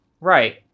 Right